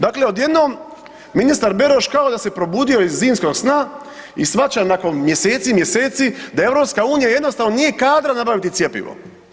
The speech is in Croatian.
Dakle, odjednom ministar Beroš kao da se probudio iz zimskog sna i shvaća nakon mjeseci i mjeseci da EU jednostavno nije kadra nabaviti cjepivo.